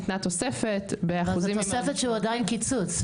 ניתנה תוספת --- תוספת שהיא עדיין קיצוץ,